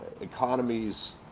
Economies